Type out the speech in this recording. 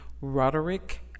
Roderick